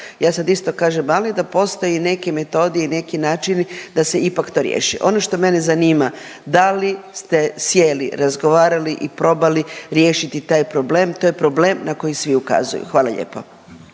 ja sad isto kažem ali, da postoje neke metode i neki načini da se ipak to riješi. Ono što mene zanima, da li ste sjeli, razgovarali i probali riješiti taj problem, to je problem na koji svi ukazuju. Hvala lijepo.